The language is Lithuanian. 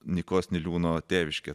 nykos niliūno tėviškę